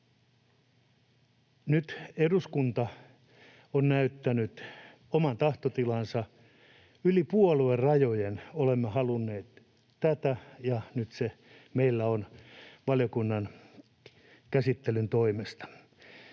Nyt eduskunta on näyttänyt oman tahtotilansa — yli puoluerajojen olemme halunneet tätä, ja nyt se meillä on valiokunnan käsittelyn toimesta.